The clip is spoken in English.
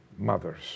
mothers